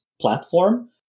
platform